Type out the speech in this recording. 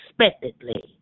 unexpectedly